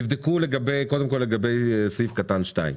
תבדקו קודם כל לגבי סעיף קטן (2),